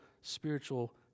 spiritual